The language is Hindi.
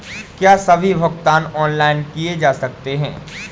क्या सभी भुगतान ऑनलाइन किए जा सकते हैं?